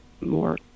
more